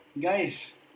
guys